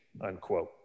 unquote